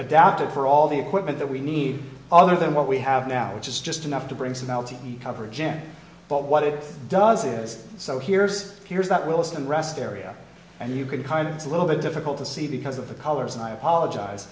adapt it for all the equipment that we need other than what we have now which is just enough to bring some coverage in but what it does is so here's here's that wilson rest area and you can kind of it's a little bit difficult to see because of the colors and i apologize